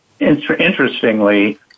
interestingly